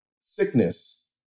sickness